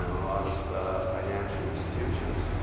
a lot of financial institutions.